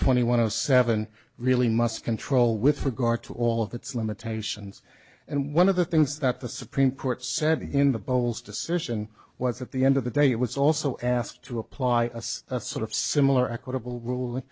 twenty one of seven really must control with regard to all of its limitations and one of the things that the supreme court said in the bowles decision was at the end of the day it was also asked to apply as a sort of similar equitable ruling